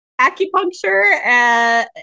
acupuncture